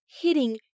hitting